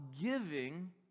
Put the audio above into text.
giving